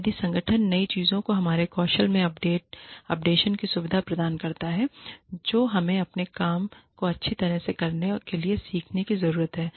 यदि संगठन नई चीजों के हमारे कौशल के अपडेशन की सुविधा प्रदान करता है जो हमें अपने काम को अच्छी तरह से करने के लिए सीखने की जरूरत है